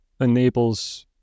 enables